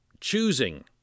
choosing